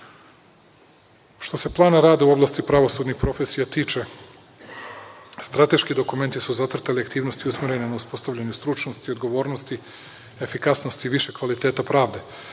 se plana rada u oblasti pravosudnih profesija tiče, strateški dokumenti su zacrtali aktivnosti usmerene na uspostavljanju stručnosti, odgovornosti, efikasnosti višeg kvaliteta pravde.